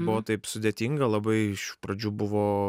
buvo taip sudėtinga labai iš pradžių buvo